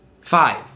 Five